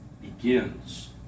begins